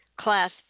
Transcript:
Class